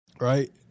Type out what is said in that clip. Right